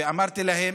ואמרתי להם: